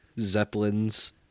zeppelins